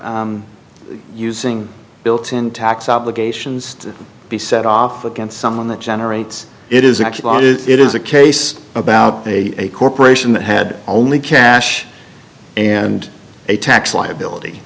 using built in tax obligations to be set off against someone that generates it is actually it is a case about a corporation that had only cash and a tax liability